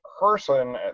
person